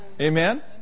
Amen